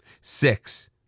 Six